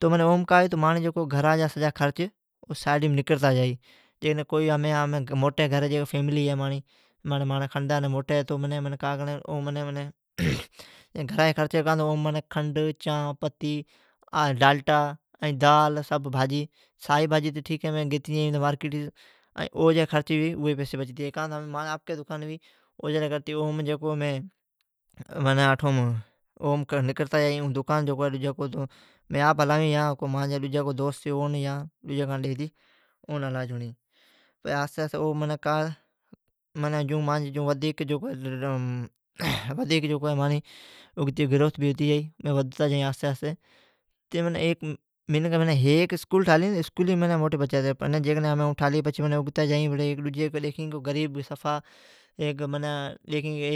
تو اوم کا ھوی تو مانڑا سجا گھرا جا خرچ سائڈیم نکرتا جائی۔ ھمیں موٹی گھر ھی، فیملی ھی مانڑی، مانڑی خاندان ھی موٹی تو اوم منی کھنڈ چانھ پتی ڈالٹا دال سبھ بھاجیا کھپی، سائی بھاجی تو ٹھیک ھی، گیتی جائیں مارکیٹی سوں، او جا خرچ ھوی، او جی پئسی بچتی جائی۔ کاں تو مانجی اپکی دکان ھوی۔ اجی لی کرتی اٹھو مین نکرتی جائی ۔ اولی کرتی اون دکان مین آپ ھلاوین یا مانجی دوست اون ڈیجی کا ن ڈیتی چھوڑیں۔ پچھی آھستی کا ھی تو مانڑی ودھتی جائی آھستی آھستی۔ تہ منکھ ھیک اسکول ٹھالی تو اسکولیم موٹی بچت ھی۔ ھا ٹالی تو اگتا نکرتا جائیں۔